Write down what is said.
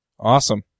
Awesome